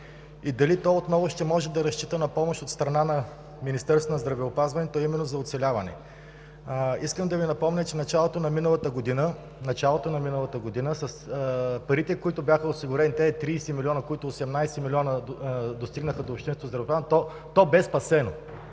и дали то отново ще може да разчита на помощ от страна на Министерството на здравеопазването, а именно за оцеляване? Искам да Ви напомня, че в началото на миналата година с парите, които бяха осигурени – тези 30 милиона, от които 18 милиона достигнаха до общественото здравеопазване, то бе спасено.